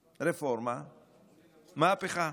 רפורמה-מהפכה.